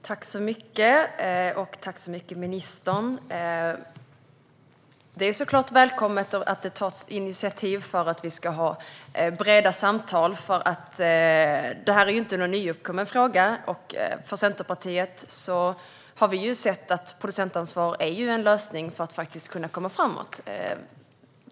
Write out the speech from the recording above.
Herr talman! Tack så mycket, ministern! Det är såklart välkommet att det tas initiativ för att vi ska ha breda samtal; detta är ju inte någon nyuppkommen fråga. Från Centerpartiet har vi sett att producentansvar är en lösning för att faktiskt kunna komma framåt.